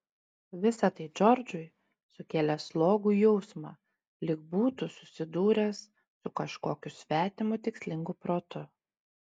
visa tai džordžui sukėlė slogų jausmą lyg būtų susidūręs su kažkokiu svetimu tikslingu protu